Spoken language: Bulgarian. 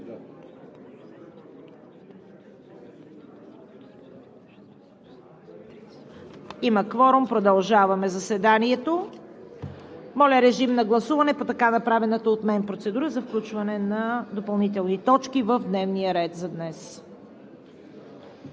Има кворум. Продължаваме заседанието. Моля, режим на гласуване по така направената от мен процедура за включване на допълнителните точки в дневния ред за днес.